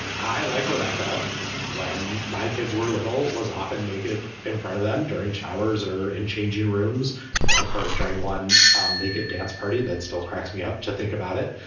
i like rebecca when my kids were little was often naked in front of them during showers or in changing rooms one hour during one um naked dance party. that still cracks me up to think about it.